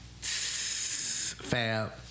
Fab